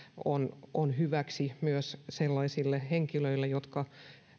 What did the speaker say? on on hyväksi myös sellaisille henkilöille jotka